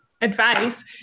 advice